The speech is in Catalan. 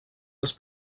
als